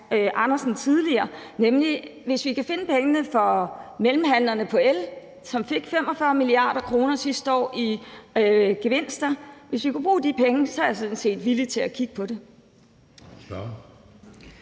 Andersen tidligere: Hvis vi kan finde pengene fra mellemhandlerne på el, som fik 45 mia. kr. sidste år i gevinster, så er jeg sådan set villig til at kigge på at